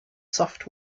soft